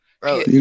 Bro